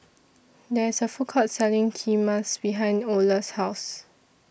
There IS A Food Court Selling Kheema behind Olar's House